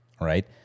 Right